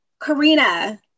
Karina